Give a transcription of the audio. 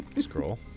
scroll